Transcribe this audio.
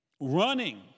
running